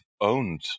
owned